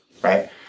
Right